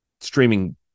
streaming